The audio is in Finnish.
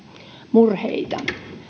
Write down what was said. murheita tärkeätä